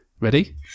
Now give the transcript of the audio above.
Ready